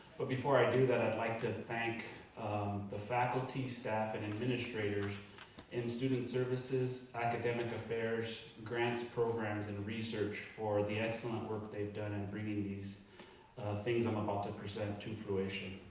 but before i do that i'd like to thank the faculty staff and administrators in student services, academic affairs, grants programs and research for the excellent work they've done in bringing these things i'm about to present to fruition.